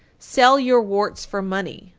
sell your warts for money,